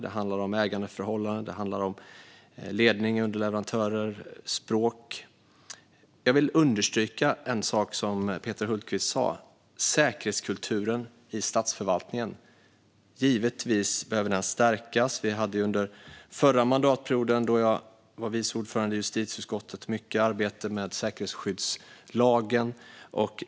Det handlar om ägandeförhållanden, ledning, underleverantörer och språk. Jag vill understryka en sak som Peter Hultqvist sa: säkerhetskulturen i statsförvaltningen. Den behöver givetvis stärkas. Under den förra mandatperioden var jag vice ordförande i justitieutskottet, och vi arbetade mycket med säkerhetsskyddslagen.